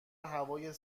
هوای